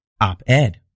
Op-Ed